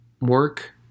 work